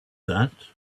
that